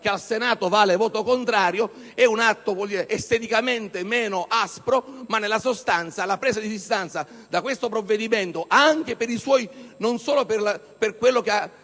che al Senato vale come un voto contrario. È un atto esteticamente meno aspro, ma nella sostanza è una presa di distanza da questo provvedimento, non solo per quello che ha